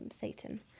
Satan